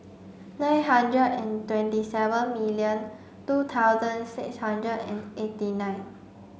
nine hundred and twenty seven million two thousand six hundred and eighty nine